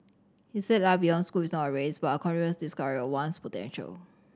he said life beyond school is not a race but a continuous discovery of one's potential